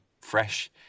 fresh